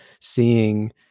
seeing